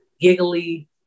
giggly